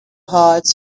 hearts